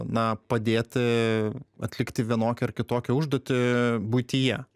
na padėti atlikti vienokią ar kitokią užduotį buityje